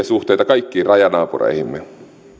suhteita kaikkiin rajanaapureihimme